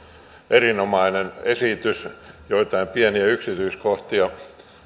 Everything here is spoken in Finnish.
erinomainen esitys joitain pieniä yksityiskohtia